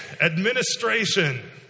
administration